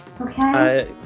Okay